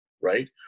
right